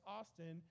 Austin